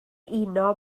uno